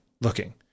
looking